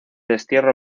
destierro